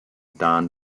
don